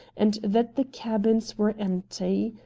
and that the cabins were empty.